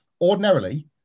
ordinarily